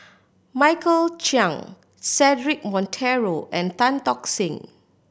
Michael Chiang Cedric Monteiro and Tan Tock Seng